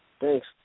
Thanks